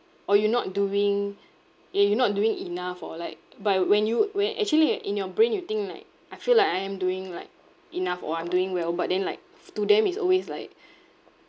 or you not doing ya you not doing enough or like but when you when actually like in your brain you think like I feel like I am doing like enough or I'm doing well but then like to them is always like